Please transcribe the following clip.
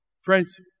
Friends